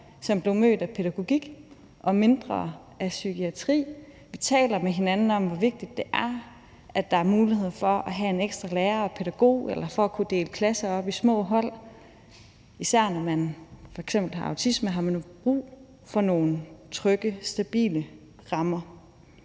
som blev mødt af mere pædagogik og mindre psykiatri. Vi taler med hinanden om, hvor vigtigt det er, at der er mulighed for at have en ekstra lærer og pædagog eller for at kunne dele klasser op i små hold. Især når man f.eks. har autisme, har man jo brug for nogle trygge, stabile rammer.